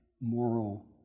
moral